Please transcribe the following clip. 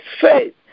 faith